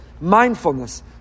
Mindfulness